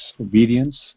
obedience